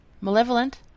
Malevolent